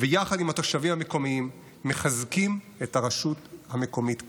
ויחד עם התושבים המקומיים מחזקים את הרשות המקומית כולה,